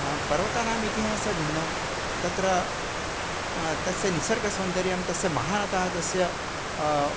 पर्वतानाम् इतिहासभिन्नं तत्र तस्य निसर्गसौन्दर्यं तस्य महता तस्य